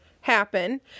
happen